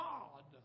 God